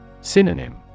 Synonym